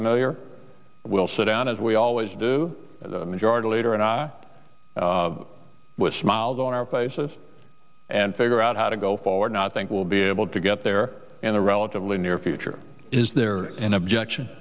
we'll sit down as we always do the majority leader and i was smiles on our faces and figure out how to go forward and i think we'll be able to get there in the relatively near future is there in objection